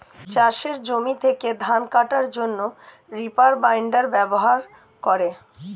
চাষের জমি থেকে ধান কাটার জন্যে রিপার বাইন্ডার ব্যবহার করে